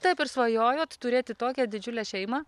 taip ir svajojot turėti tokią didžiulę šeimą